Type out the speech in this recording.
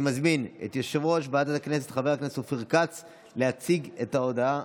אני מזמין את יושב-ראש ועדת הכנסת חבר הכנסת אופיר כץ להציג את ההצעה.